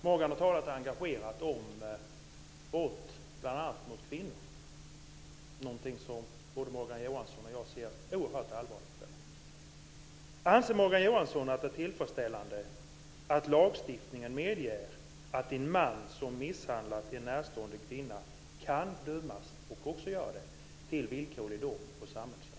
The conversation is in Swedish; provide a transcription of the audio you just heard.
Morgan har talat engagerat om brott bl.a. mot kvinnor, något som både Morgan Johansson och jag ser oerhört allvarligt på. Anser Morgan Johansson att det är tillfredsställande att lagstiftningen medger att en man som misshandlat en närstående kvinna kan dömas till villkorlig dom och samhällstjänst?